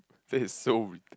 that is so ridic~